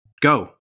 go